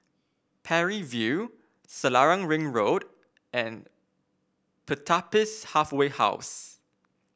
Parry View Selarang Ring Road and Pertapis Halfway House